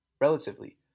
relatively